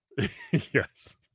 Yes